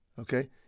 okay